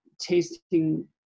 tasting